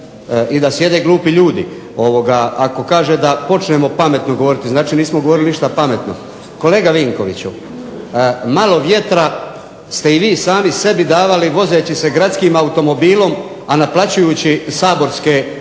i da sjede glupi ljudi. Ako kaže da počnemo pametno govoriti, znači nismo govorili ništa pametno. Kolega Vinkoviću Malo vjetra ste i vi sebi davali vozeći se gradskim automobilom a naplaćujući saborske troškove